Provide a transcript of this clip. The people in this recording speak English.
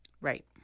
right